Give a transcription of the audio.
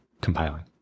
compiling